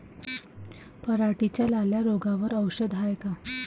पराटीच्या लाल्या रोगावर औषध हाये का?